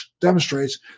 demonstrates